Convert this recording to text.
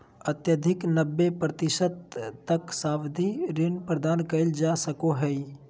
अधिकतम नब्बे प्रतिशत तक सावधि ऋण प्रदान कइल जा सको हइ